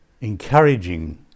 encouraging